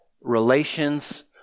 relations